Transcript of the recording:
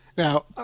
Now